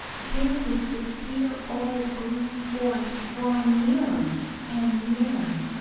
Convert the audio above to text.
there was the dear old green forest drawing nearer and nearer.